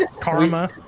Karma